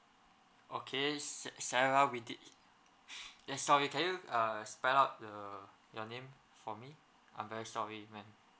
okay sa~ sarah we did yeah sorry can you uh spell out the your name for me I'm very sorry man